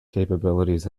capabilities